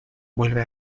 vuelve